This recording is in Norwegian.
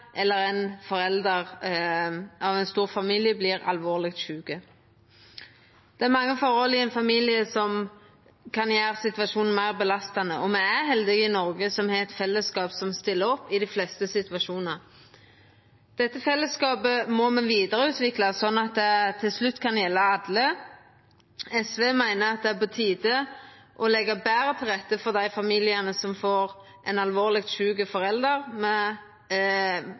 eller når ein forelder i ein stor familie vert alvorleg sjuk. Det er mange forhold i ein familie som kan gjera situasjonen meir belastande, og me er heldige i Noreg som har eit fellesskap som stiller opp i dei fleste situasjonar. Dette fellesskapet må me vidareutvikla, sånn at det til slutt kan gjelda alle. SV meiner at det er på tide å leggja betre til rette for dei familiane som får ein alvorleg sjuk forelder,